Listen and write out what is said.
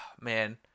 man